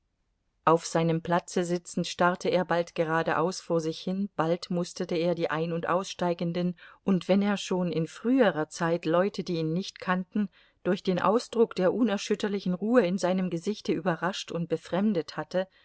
auf seinem platze sitzend starrte er bald geradeaus vor sich hin bald musterte er die ein und aussteigenden und wenn er schon in früherer zeit leute die ihn nicht kannten durch den ausdruck der unerschütterlichen ruhe in seinem gesichte überrascht und befremdet hatte